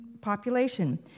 population